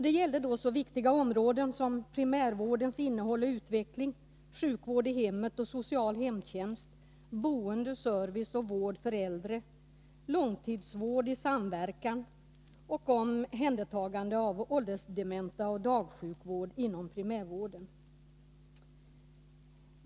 Det gällde så viktiga områden som primärvårdens innehåll och utveckling, sjukvård i hemmet och social hemtjänst, boende, service och vård för äldre, långtidsvård i samverkan, omhändertagande av åldersdementa och dagsjukvård inom primärvården.